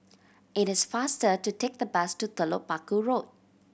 it is faster to take the bus to Telok Paku Road